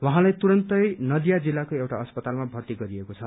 उहाँलाई तुरून्तै नदिया जिल्लाको एउटा अस्पतालमा भर्ती गरिएको छ